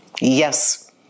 Yes